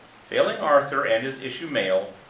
failing arthur and his issue male,